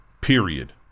period